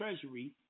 treasury